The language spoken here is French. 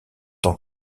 tant